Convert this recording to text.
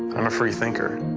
i'm a free thinker.